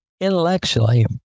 Intellectually